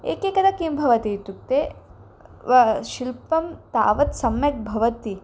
एकैकदा किं भवति इत्युक्ते व शिल्पं तावत् सम्यक् भवति